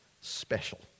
special